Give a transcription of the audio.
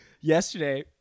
yesterday